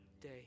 day